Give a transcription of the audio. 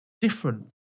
different